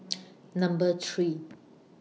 Number three